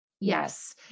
yes